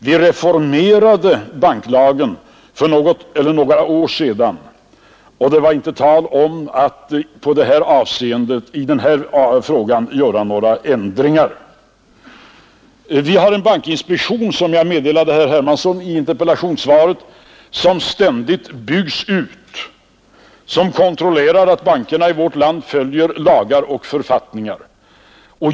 Vi reformerade banklagen för några år sedan, och det var inte tal om att i det här avseendet företa några ändringar. Vi har en bankinspektion, som jag i interpellationssvaret meddelade herr Hermansson i Stockholm, som ständigt byggs ut. Den kontrollerar att bankerna i vårt land följer lagar och författningar.